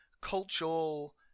cultural